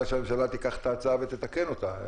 שהממשלה תיקח את ההצעה ותתקן אותה.